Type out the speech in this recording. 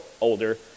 older